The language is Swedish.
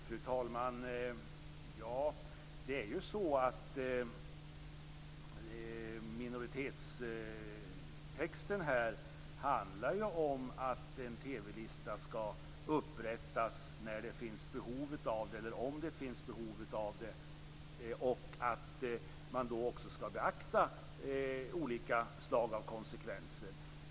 Fru talman! Minoritetstexten handlar ju om att en TV-lista skall upprättas om det finns behov av en sådan och att man då också skall beakta olika slag av konsekvenser.